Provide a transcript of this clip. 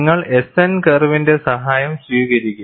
നിങ്ങൾ S N കർവിന്റെ സഹായം സ്വീകരിക്കും